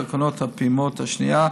תקנות הפעימה השנייה,